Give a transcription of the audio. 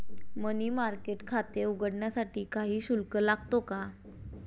मनी market खाते उघडण्यासाठी काही शुल्क लागतो का?